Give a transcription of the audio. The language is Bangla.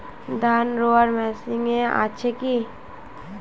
ধান রোয়ার মেশিন আছে কি?